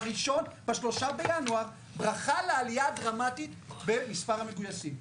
ב-3 בינואר - ברכה לעלייה דרמטית במספר המגויסים.